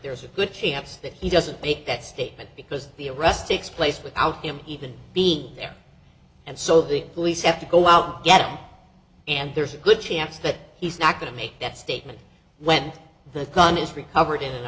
there's a good chance that he doesn't make that statement because the arrest akes place without him even being there and so the police have to go out get him and there's a good chance that he's not going to make that statement when the gun is recovered in a